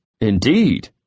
Indeed